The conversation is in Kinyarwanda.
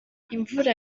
imvura